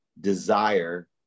desire